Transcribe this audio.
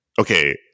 Okay